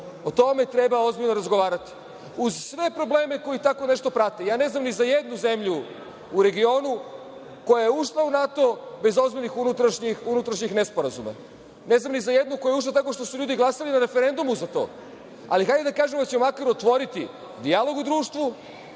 O tome treba ozbiljno razgovarati, uz sve probleme koji tako nešto prate. Ja ne znam ni za jednu zemlju u regionu koja je ušla u NATO bez ozbiljnih unutrašnjih nesporazuma. Ne znam ni za jednu koja je ušla tako što su ljudi glasali na referendumu za to. Ali, hajde da kažemo da će makar otvoriti dijalog u društvu